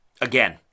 Again